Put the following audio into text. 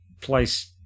place